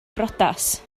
briodas